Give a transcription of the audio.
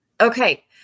Okay